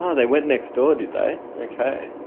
um they went next door did they? okay.